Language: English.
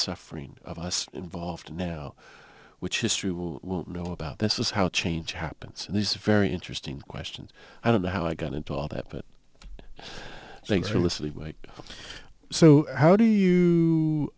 suffering of us involved now which history will know about this is how change happens these very interesting questions i don't know how i got into all that but thanks for listening right so how do you